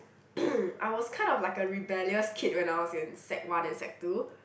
I was kind of like a rebellious kid when I was in sec one and sec two